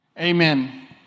Amen